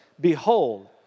Behold